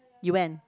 you went